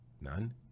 none